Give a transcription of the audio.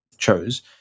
chose